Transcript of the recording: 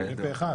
מי נגד?